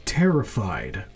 terrified